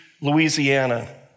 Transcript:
Louisiana